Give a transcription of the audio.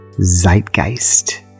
Zeitgeist